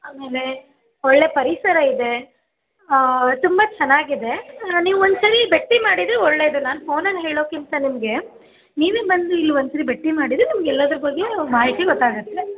ಆಮೇಲೆ ಒಳ್ಳೆಯ ಪರಿಸರ ಇದೆ ತುಂಬ ಚೆನಾಗಿದೆ ನೀವು ಒಂದು ಸರ್ತಿ ಭೇಟಿ ಮಾಡಿದರೆ ಒಳ್ಳೆಯದು ನಾನು ಫೋನಲ್ಲಿ ಹೇಳೋಕ್ಕಿಂತ ನಿಮಗೆ ನೀವೇ ಬಂದು ಇಲ್ಲಿ ಒಂದು ಸರ್ತಿ ಭೇಟಿ ಮಾಡಿದರೆ ನಿಮ್ಗೆ ಎಲ್ಲದ್ರ ಬಗ್ಗೆಯು ನಿಮ್ಗೆ ಮಾಹಿತಿ ಗೊತ್ತಾಗತ್ತೆ